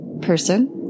person